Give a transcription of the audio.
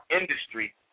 industry